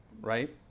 right